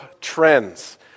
trends